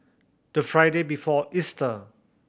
the Friday before Easter